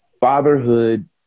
fatherhood